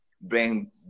bring